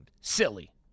silly